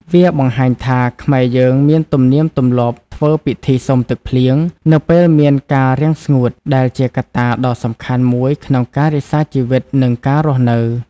វាបង្ហាញថា ខ្មែរយើងមានទំនៀមទម្លាប់ធ្វើពិធីសុំភ្លៀងនៅពេលមានការរាំងស្ងួត ដែលជាកត្តាដ៏សំខាន់មួយក្នុងការរក្សាជីវិត និងការរស់នៅ ។